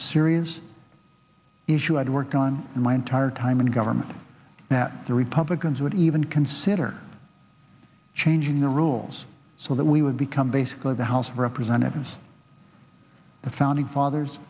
serious issue i'd worked on in my entire time in government that the republicans would even consider changing the rules so that we would become basically the house of representatives the founding fathers